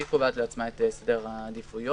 היא קובעת לעצמה את סדר העדיפויות,